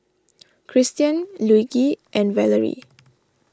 Christian Luigi and Valarie